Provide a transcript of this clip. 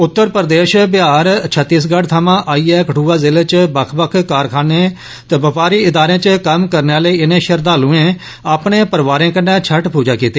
उत्तर प्रदेश बिहार तें छत्तीसगढ़ थमां आइयै कठुआ जिले चे बक्ख बक्ख कारखानें ते बपारी इदारे च कम्म करने आह्ले इने श्रद्वालुए अपने परोआरे कन्नै छठ पूजा कीती